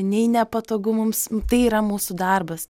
nei nepatogu mums tai yra mūsų darbas